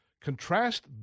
Contrast